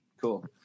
Cool